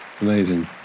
amazing